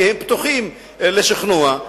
כי הם פתוחים לשכנוע.